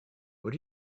what